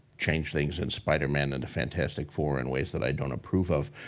change things in spiderman and the fantastic four in ways that i don't approve of.